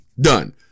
Done